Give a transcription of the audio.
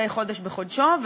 מדי חודש בחודשו,